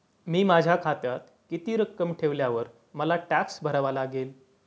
मी माझ्या खात्यात किती रक्कम ठेवल्यावर मला टॅक्स भरावा लागेल?